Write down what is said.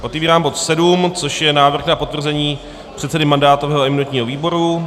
Otevírám bod 7, což je návrh na potvrzení předsedy mandátového a imunitního výboru.